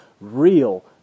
real